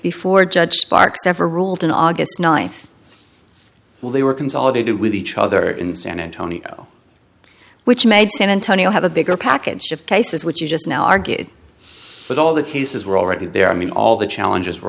before judge sparks ever ruled in august ninth well they were consolidated with each other in san antonio which made san antonio have a bigger package ship cases which you just now are good but all the cases were already there i mean all the challenges were